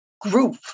group